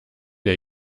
der